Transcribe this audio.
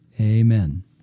Amen